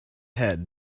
head